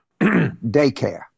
Daycare